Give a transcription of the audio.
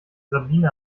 sabine